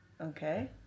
Okay